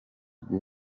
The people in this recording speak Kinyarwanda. bw’u